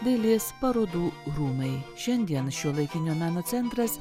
dailės parodų rūmai šiandien šiuolaikinio meno centras